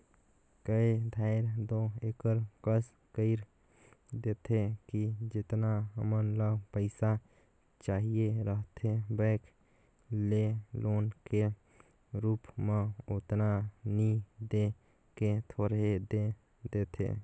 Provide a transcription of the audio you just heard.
कए धाएर दो एकर कस कइर देथे कि जेतना हमन ल पइसा चाहिए रहथे बेंक ले लोन के रुप म ओतना नी दे के थोरहें दे देथे